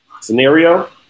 Scenario